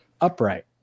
upright